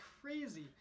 crazy